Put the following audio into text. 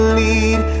lead